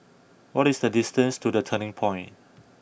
what is the distance to The Turning Point